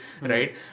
right